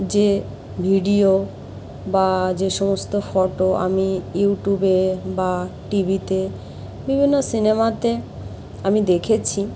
যে ভিডিও বা যে সমস্ত ফটো আমি ইউটিউবে বা টিভিতে বিভিন্ন সিনেমাতে আমি দেখেছি